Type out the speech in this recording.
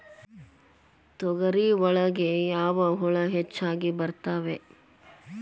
ತೊಗರಿ ಒಳಗ ಯಾವ ಹುಳ ಹೆಚ್ಚಾಗಿ ಬರ್ತವೆ?